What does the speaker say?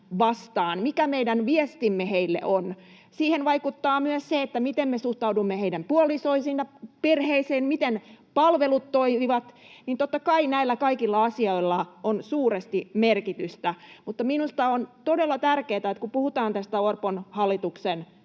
vastaan, ja mikä meidän viestimme heille on? Siihen vaikuttaa myös se, miten me suhtaudumme heidän puolisoihinsa ja perheeseensä ja miten palvelut toimivat. Totta kai näillä kaikilla asioilla on suuresti merkitystä. Mutta minusta on todella tärkeää, kun puhutaan tästä Orpon hallituksen